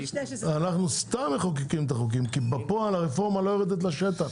אנחנו סתם מחוקקים את החוקים כי בפועל הרפורמה לא יורדת לשטח,